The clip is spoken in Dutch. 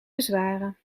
bezwaren